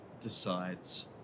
decides